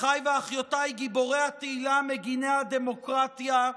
אחיי ואחיותיי גיבורי התהילה, מגיני הדמוקרטיה,